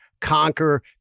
conquer